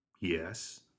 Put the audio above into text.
Yes